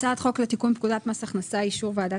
הצעת חוק לתיקון פקודת מס הכנסה (אישור ועדת